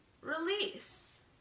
release